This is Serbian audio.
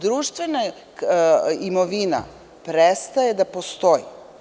Društvena imovina prestaje da postoji.